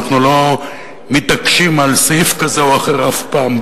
אנחנו לא מתעקשים על סעיף כזה או אחר בחוק,